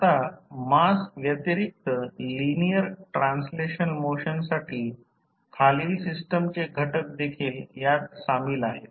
आता मास व्यतिरिक्त लिनिअर ट्रान्सलेशनल मोशनसाठी खालील सिस्टमचे घटक देखील यात सामील आहेत